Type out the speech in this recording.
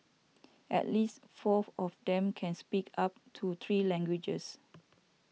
at least fourth of them can speak up to three languages